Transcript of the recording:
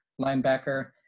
Linebacker